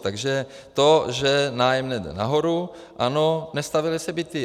Takže to, že nájemné jde nahoru ano, nestavěly se byty.